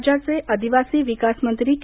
राज्याचे आदिवासी विकास मंत्री के